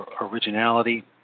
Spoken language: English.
originality